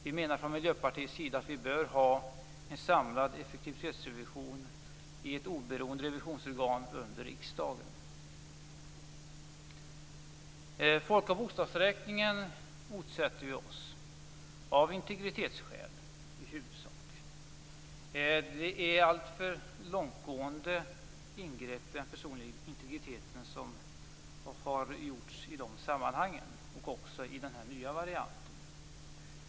Vi i Miljöpartiet anser att det bör finnas en samlad effektivitetsrevision i ett oberoende revisionsorgan under riksdagen. Vi motsätter oss av integritetsskäl folk och bostadsräkningen. Alltför långtgående ingrepp i den personliga integriteten har gjorts i de sammanhangen, även i den nya varianten.